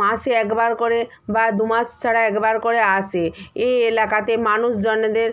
মাসে একবার করে বা দু মাস ছাড়া একবার করে আসে এই এলাকাতে মানুষজনেদের